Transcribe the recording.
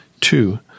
Two